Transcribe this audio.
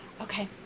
Okay